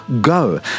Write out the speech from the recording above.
go